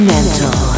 Mental